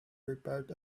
prepared